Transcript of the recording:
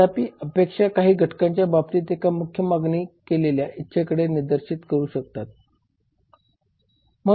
तथापि अपेक्षा काही घटकांच्या बाबतीत एका मुख्य मागणी केलेल्या इच्छेकडे निर्देशित करू शकत नाही